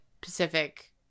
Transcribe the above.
Pacific